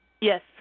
Yes